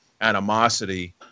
animosity